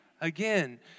again